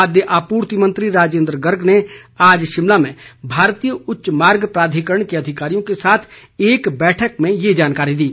खाद्य आपूर्ति मंत्री राजेंद्र गर्ग ने आज शिमला में भारतीय उच्च मार्ग प्राधिकरण के अधिकारियों के साथ एक बैठक में ये जानकारी दी